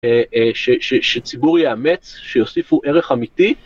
שציבור ייאמץ שיוסיפו ערך אמיתי.